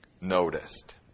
noticed